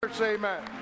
amen